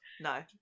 no